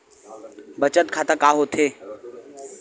बचत खाता का होथे?